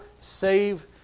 save